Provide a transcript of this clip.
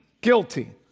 guilty